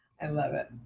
and love it,